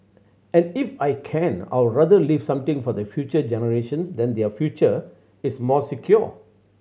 and if I can I'll rather leave something for the future generations that their future is more secure